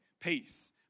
peace